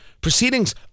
proceedings